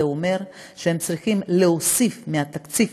זה אומר שהם צריכים להוסיף מהתקציב